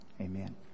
amen